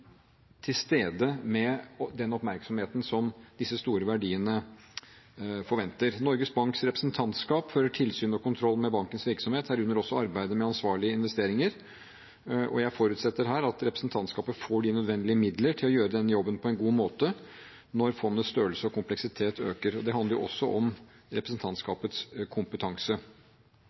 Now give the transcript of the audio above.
til stede med den oppmerksomheten som disse store verdiene fordrer. Norges Banks representantskap fører tilsyn og kontroll med bankens virksomhet, herunder også arbeidet med ansvarlige investeringer, og jeg forutsetter at representantskapet får de nødvendige midler til å gjøre den jobben på en god måte når fondets størrelse og kompleksitet øker. Det handler jo også om representantskapets kompetanse.